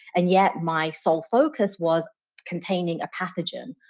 and yet my sole focus was containing a pathogen.